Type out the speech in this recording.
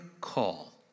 call